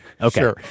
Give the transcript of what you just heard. Okay